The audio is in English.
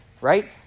right